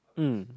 mm